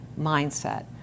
mindset